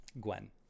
Gwen